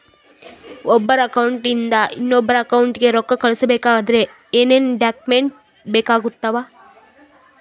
ಒಬ್ಬರ ಅಕೌಂಟ್ ಇಂದ ಇನ್ನೊಬ್ಬರ ಅಕೌಂಟಿಗೆ ರೊಕ್ಕ ಕಳಿಸಬೇಕಾದ್ರೆ ಏನೇನ್ ಡಾಕ್ಯೂಮೆಂಟ್ಸ್ ಬೇಕಾಗುತ್ತಾವ?